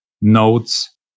notes